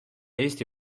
eesti